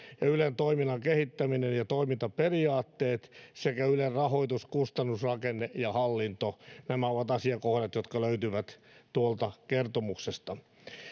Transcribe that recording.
ja ylen toiminnan kehittäminen ja toimintaperiaatteet sekä ylen rahoituskustannusrakenne ja hallinto nämä ovat asiakohdat jotka löytyvät tuolta kertomuksesta